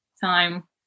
time